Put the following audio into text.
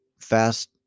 Fast